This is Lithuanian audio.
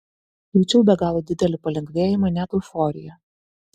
jaučiau be galo didelį palengvėjimą net euforiją